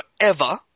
forever